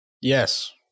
Yes